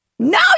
No